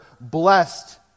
blessed